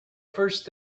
first